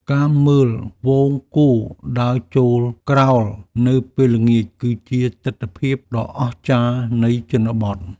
ការមើលហ្វូងគោដើរចូលក្រោលនៅពេលល្ងាច គឺជាទិដ្ឋភាពដ៏អស្ចារ្យនៃជនបទ។